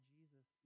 Jesus